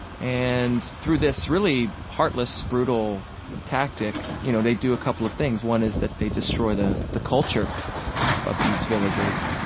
and through this really heartless, brutal tactic, you know, they do a couple of things. one is that they destroy the the culture of these villages,